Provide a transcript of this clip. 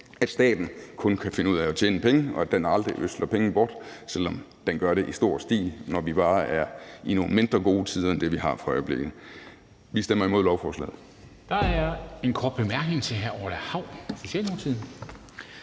at staten kun kan finde ud af at tjene penge, og at den aldrig ødsler penge bort, selv om den gør det i stor stil, når vi bare er i nogle mindre gode tider end det, vi har for øjeblikket. Vi stemmer imod lovforslaget. Kl. 10:47 Formanden (Henrik Dam Kristensen):